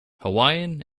hawaiian